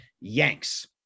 YANKS